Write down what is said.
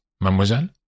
Mademoiselle